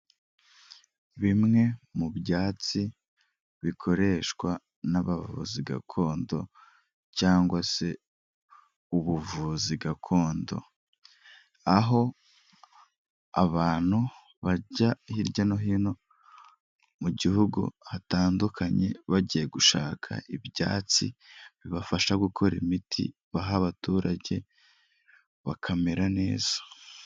Bimwe mu byatsi bikoreshwa n'abavuzi gakondo, cyangwa se ubuvuzi gakondo, aho abantu bajya hirya no hino mu gihugu hatandukanye, bagiye gushaka ibyatsi bibafasha gukora imiti, baha abaturage bakamera neza.